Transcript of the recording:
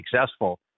successful